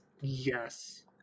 Yes